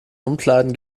umkleiden